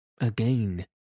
Again